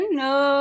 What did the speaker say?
no